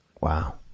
wow